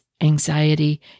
anxiety